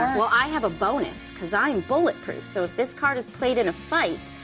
well, i have a bonus cause i am bulletproof, so if this card is played in a fight,